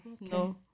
No